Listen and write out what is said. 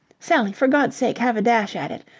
sally, for god's sake have a dash at it!